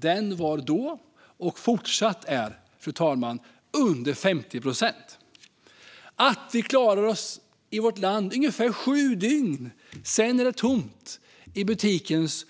Den var då och är fortfarande, fru talman, under 50 procent. Vi klarar oss i vårt land i ungefär sju dygn, sedan är det tomt på butikens